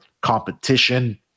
competition